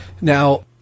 Now